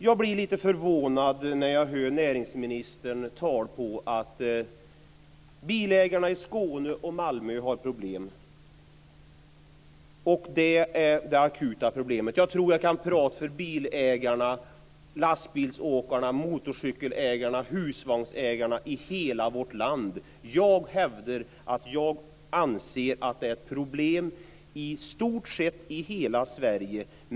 Jag blir lite förvånad när jag hör näringsministern säga att bilägarna i Skåne och Malmö har problem och att det är detta som är det akuta problemet. Jag tror att jag kan tala för bilägarna, lastbilsförarna, motorcykelägarna och husvagnsägarna i hela vårt land, och jag hävdar att det är ett problem i stort sett i hela Sverige.